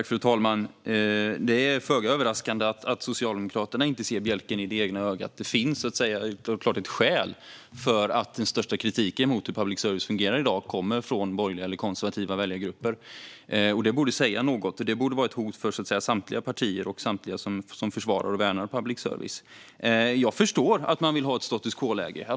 Fru talman! Det är föga överraskande att Socialdemokraterna inte ser bjälken i det egna ögat. Det finns ett skäl till att den största kritiken mot hur public service fungerar i dag kommer från borgerliga eller konservativa väljargrupper. Det borde säga något, och det borde vara ett hot för samtliga partier och alla andra som försvarar och värnar public service. Jag förstår att man vill ha ett status quo-läge.